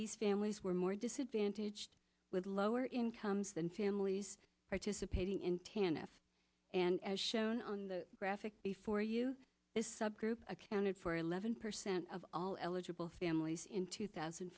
these families were more disadvantaged with lower incomes than families participating in can f and as shown on the graphic before you is subgroup accounted for eleven percent all eligible families in two thousand